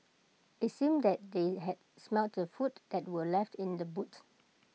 IT seemed that they had smelt the food that were left in the boot